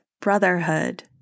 brotherhood